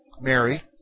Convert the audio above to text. Mary